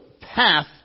path